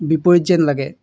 বিপৰীত যেন লাগে